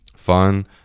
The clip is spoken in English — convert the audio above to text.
fun